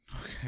Okay